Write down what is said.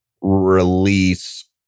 release